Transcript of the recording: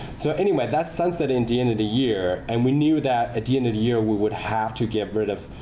so anyway, that sunsets at the end of the year. and we knew that at the end of the year, we would have to get rid of